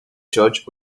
church